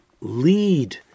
lead